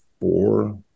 four